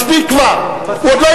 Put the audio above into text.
מספיק כבר, מספיק מה שהוא אומר.